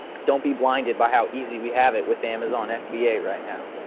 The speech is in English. don't be blinded by how easy we have it with amazon fba right now.